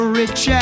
rich